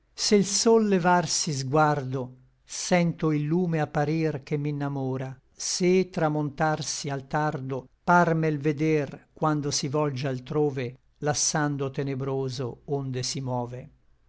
se l sol levarsi sguardo sento il lume apparir che m'innamora se tramontarsi al tardo parmel veder quando si volge altrove lassando tenebroso onde si move